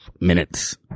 minutes